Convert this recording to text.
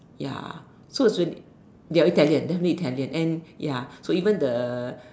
ya so is ya Italian then only Italian and ya so even the